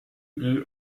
die